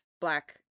black